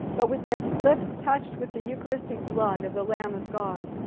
but with their lips touched with the eucharistic blood of the lamb of god.